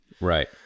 Right